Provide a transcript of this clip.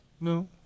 No